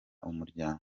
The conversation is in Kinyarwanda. umuryango